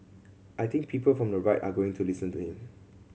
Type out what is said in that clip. I think people from the right are going to listen to him